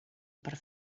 per